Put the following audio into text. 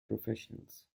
professionals